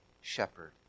shepherd